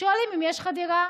שואלים אם יש לך דירה,